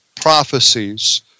prophecies